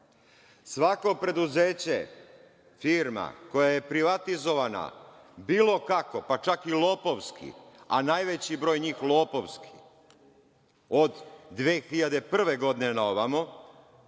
preduzeće, firma, koja je privatizovana bilo kako, pa čak i lopovski, a najveći broj njih lopovski, od 2001. godine pa na ovamo,